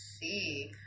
see